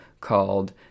called